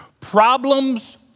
Problems